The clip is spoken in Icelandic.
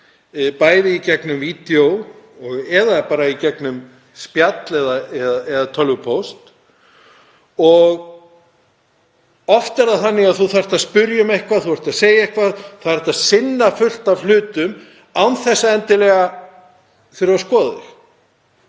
lækni í gegnum vídeó eða bara spjall eða tölvupóst. Oft er það þannig að þú þarft að spyrja um eitthvað, þú ert að segja eitthvað og það er hægt að sinna fullt af hlutum án þess endilega að það þurfi að skoða þig,